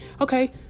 Okay